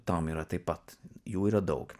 tam yra taip pat jų yra daug